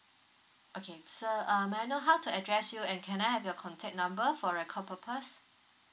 okay sir may I know how to address you and can I have your contact number for record purpose